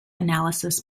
analysis